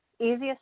Easiest